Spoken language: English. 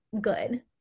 good